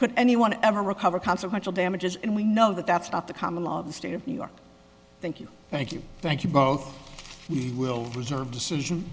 could anyone ever recover consequential damages and we know that that's not the common law of the state of new york thank you thank you thank you both will reserve decision